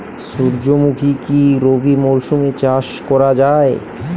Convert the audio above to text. সুর্যমুখী কি রবি মরশুমে চাষ করা যায়?